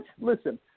Listen